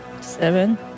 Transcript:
Seven